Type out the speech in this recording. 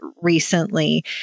recently